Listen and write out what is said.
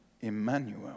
Emmanuel